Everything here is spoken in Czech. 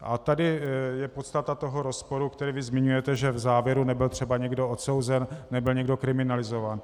A tady je podstata toho rozporu, který vy zmiňujete, že v závěru nebyl třeba někdo odsouzen, nebyl někdo kriminalizován.